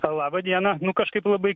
labą dieną nu kažkaip labai